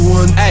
one